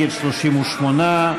62, נגד, 38,